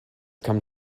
come